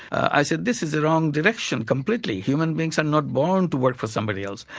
i say this is the wrong direction completely. human beings are not born to work for somebody else.